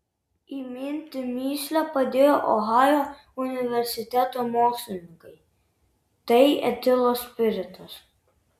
įminti mįslę padėjo ohajo universiteto mokslininkai tai etilo spiritas